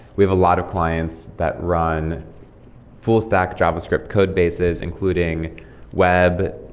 we have a lot of clients that run full stack javascript code bases, including web,